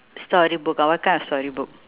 story book ah what kind of story book